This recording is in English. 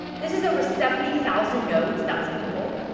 this is over seventy thousand nodes, that's people,